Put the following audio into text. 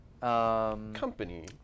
Company